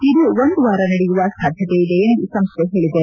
ಇದು ಒಂದು ವಾರ ನಡೆಯುವ ಸಾಧ್ಯತೆ ಇದೆ ಎಂದು ಸಂಸ್ಥೆ ಹೇಳಿದೆ